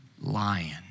lion